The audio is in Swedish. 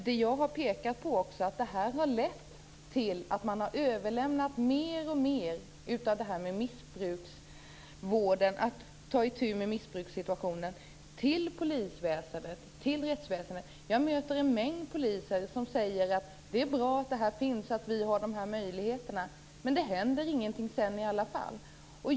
Det jag har pekat på är att det här har lett till att mer och mer av missbruksvården, av ansvaret för att ta itu med missbrukssituationen har överlämnats till polisväsendet och rättsväsendet. Jag möter en mängd poliser som säger att det är bra att de har de här möjligheterna men att inget händer sedan i alla fall.